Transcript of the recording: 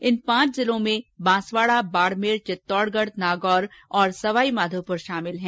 इन पांच जिलों में बांसवाडा बाड़मेर चित्तौडगढ नागौर और सवाईमाधोपुर शामिल हैं